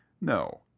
No